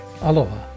Aloha